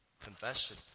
confession